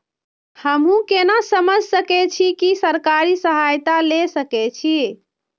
हमू केना समझ सके छी की सरकारी सहायता ले सके छी?